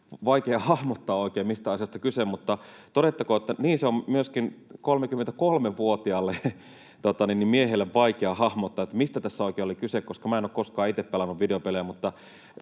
oikein hahmottaa, mistä asiasta on kyse, mutta todettakoon, että niin se on myöskin 33-vuotiaalle miehelle vaikea hahmottaa, mistä tässä oikein oli kyse, koska minä en ole koskaan itse pelannut videopelejä.